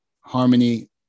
harmony